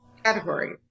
category